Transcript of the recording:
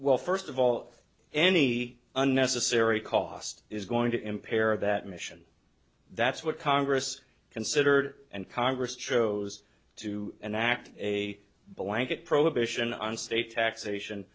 well first of all any unnecessary cost is going to impair that mission that's what congress considered and congress chose to enact a blanket prohibition on state taxation